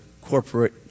corporate